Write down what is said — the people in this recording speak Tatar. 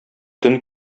төн